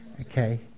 Okay